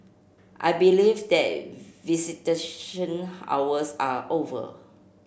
I believe that visitation hours are over